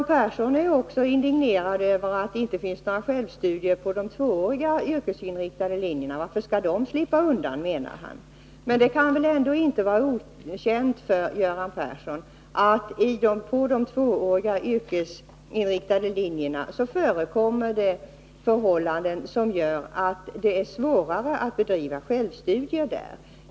Vidare är Göran Persson indignerad över att det inte finns några självstudier på de tvååriga yrkesinriktade linjerna. Varför skall de slippa undan? frågar han. Men det kan väl ändå inte vara okänt för Göran Persson att på de tvååriga yrkesinriktade linjerna förekommer det förhållanden som gör att det är svårare att bedriva självstudier där.